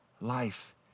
life